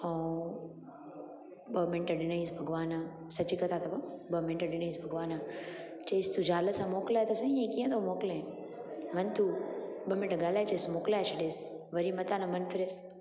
ऐं ॿ मिन्ट ॾिनईसि भॻवानु सची कथा अथव ॿ मिन्ट ॾिनईसि भॻवानु चयईसि तूं ज़ाल सां मोकिलाए त सही इअं कीअं थो मोकिले वञ तूं ॿ मिन्ट ॻाल्हाए अचेसि मोकिलाए छॾेसि वरी मतां न मन फिरेस